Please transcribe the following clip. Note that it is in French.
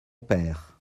père